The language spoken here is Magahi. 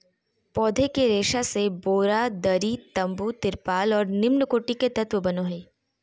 पौधे के रेशा से बोरा, दरी, तम्बू, तिरपाल और निम्नकोटि के तत्व बनो हइ